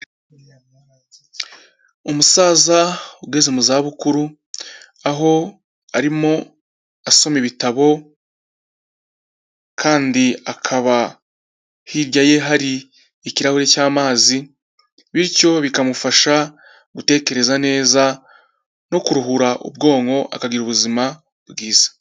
Umusaza ugeze mu zabukuru aho arimo asoma ibitabo kandi akaba hirya ye hari ikirahure cy'amazi, bityo bikamufasha gutekereza neza no kuruhura ubwonko akagira ubuzima bwiza.